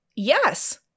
Yes